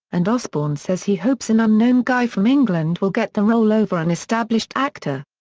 and osbourne says he hopes an unknown guy from england will get the role over an established actor.